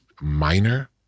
minor